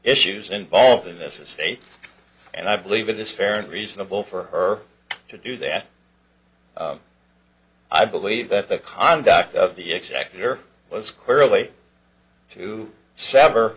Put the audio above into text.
issues involving this estate and i believe it is fair and reasonable for her to do that i believe that the conduct of the executor was clearly to sever